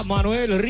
Manuel